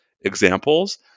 examples